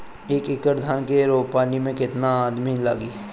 एक एकड़ धान के रोपनी मै कितनी आदमी लगीह?